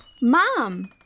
Mom